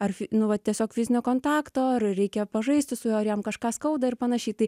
ar nu va tiesiog fizinio kontakto ar reikia pažaisti su juo ar jam kažką skauda ir panašiai tai